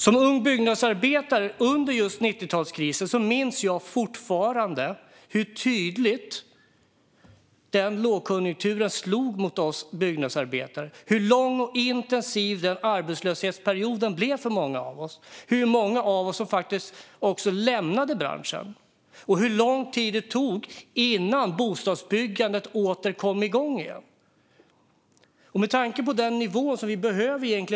Jag var ung byggnadsarbetare under 90-talskrisen och minns fortfarande tydligt hur denna lågkonjunktur slog mot oss byggnadsarbetare, hur lång och intensiv den arbetslöshetsperioden blev för många av oss, hur många av oss lämnade branschen och hur lång tid det tog innan bostadsbyggandet kom igång igen. Bostadsbyggandet behöver ligga på en hög nivå.